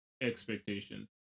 expectations